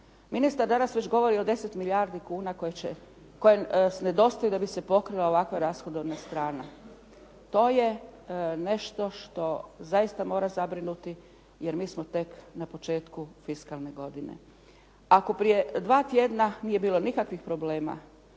Ministar danas već govori o 10 milijardi kuna koje nedostaju da bi se pokrila ovakva rashodovna strana. To je nešto što zaista mora zabrinuti jer mi smo tek na početku fiskalne godine. Ako prije dva tjedna nije bilo nikakvih problema